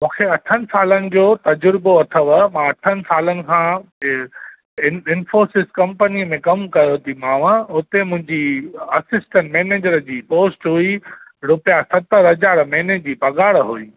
मूंखे अठनि सालनि जो तज़ुर्बो अथव मां अठनि सालनि खां इहो इन्फोसिस में कंपनीअ में कमु कयो थी मांव हुते मुंहिंजी असिस्टेंट मेनेजर जी पोस्ट हुई रुपया सतर हज़ार महीने जी पगार हुई